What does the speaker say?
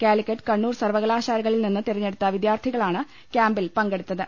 കാലിക്കറ്റ് കണ്ണൂർ സർവകലാശാലകളിൽനിന്ന് തിരഞ്ഞെടുത്ത വിദ്യാർഥികളാണ് ക്യാമ്പിൽ പങ്കെടുത്തത്